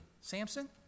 Samson